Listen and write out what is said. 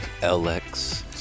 LX